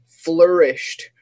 flourished